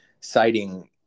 citing